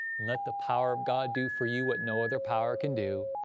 and but the power of god do for you what no other power can do.